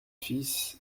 fils